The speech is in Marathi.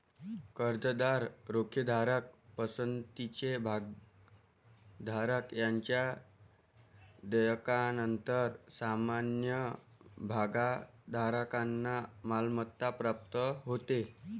कर्जदार, रोखेधारक, पसंतीचे भागधारक यांच्या देयकानंतर सामान्य भागधारकांना मालमत्ता प्राप्त होते